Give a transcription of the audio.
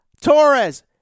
Torres